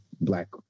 black